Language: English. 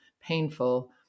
painful